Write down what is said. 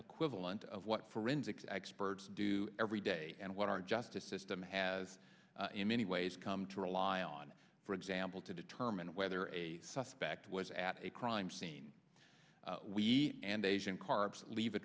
equivalent of what forensics experts do every day and what our justice system has many ways come to rely on for example to determine whether a suspect was at a crime scene we and asian carp leave a